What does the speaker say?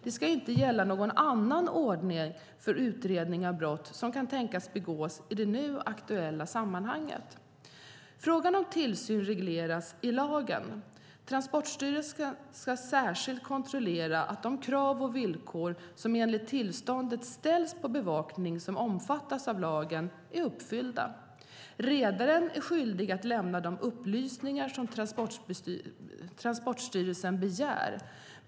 Det ska inte gälla någon annan ordning för utredning av brott som kan tänkas begås i det nu aktuella sammanhanget. Frågan om tillsyn regleras i lagen. Transportstyrelsen ska särskilt kontrollera att de krav och villkor som enligt tillståndet ställs på bevakning som omfattas av lagen är uppfyllda. Redaren är skyldig att lämna de upplysningar som Transportstyrelsen begär.